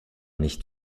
nicht